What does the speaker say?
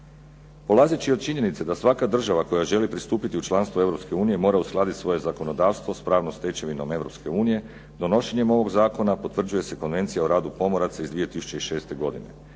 Polazeći od činjenice da svaka država koja želi pristupiti u članstvo Europske unije mora uskladiti svoje zakonodavstvo s pravnom stečevinom Europske unije donošenjem ovog zakona potvrđuje se Konvencija o radu pomoraca iz 2006. godine